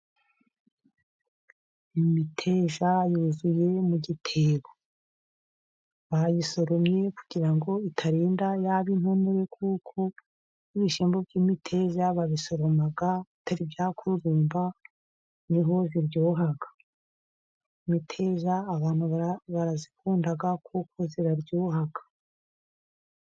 Imiteja yuzuye mu gitebo, bayisoromye kugira ngo itarinda yaba intonore, kuko ibishyimbo by'imiteja babisoroma bitari byakururumba, nibwo iryoha, imiteja abantu barayikunda kuko iraryoha.